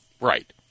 Right